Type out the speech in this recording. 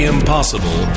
Impossible